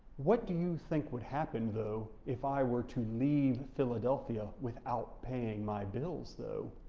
what do you think would happen though if i were to leave philadelphia without paying my bills though?